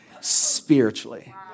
spiritually